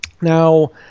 now